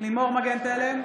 לימור מגן תלם,